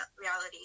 reality